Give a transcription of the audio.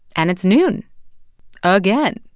and it's noon again.